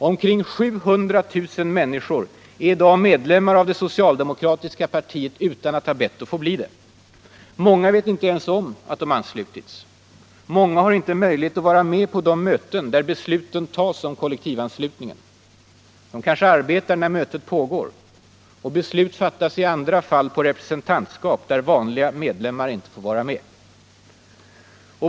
Omkring 700 000 människor är i dag medlemmar i det socialdemokratiska partiet utan att ha bett att få bli det. Många vet inte ens om att de anslutits. Många har inte möjlighet att vara med på de möten där besluten tas om kollektivanslutning. De kanske arbetar när mötet pågår. Beslut fattas i andra fall på representantskap där vanliga medlemmar inte får vara med.